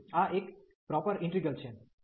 તેથી આ એક યોગ્ય ઈન્ટિગ્રલ છે